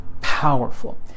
powerful